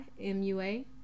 M-U-A